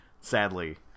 Sadly